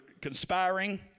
conspiring